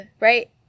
right